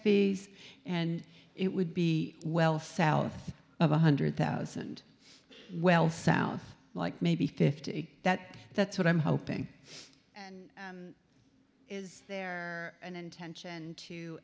species and it would be well south of one hundred thousand well south like maybe fifty that that's what i'm hoping is there an intention to